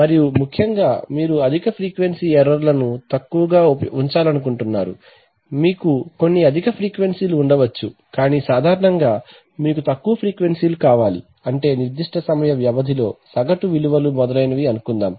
మరియు ముఖ్యంగా మీరు అధిక ఫ్రీక్వెన్సీ ఎర్రర్ లను తక్కువగా ఉంచాలనుకుంటున్నారు మీకు కొన్ని అధిక ఫ్రీక్వెన్సీ లు ఉండవచ్చు కానీ సాధారణంగా మీకు తక్కువ ఫ్రీక్వెన్సీ లు కావాలి అంటే నిర్దిష్ట సమయ వ్యవధిలో సగటు విలువలు మొదలైనవి అనుకుందాం